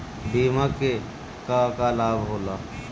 बिमा के का का लाभ होला?